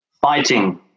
fighting